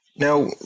Now